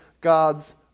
God's